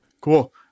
Cool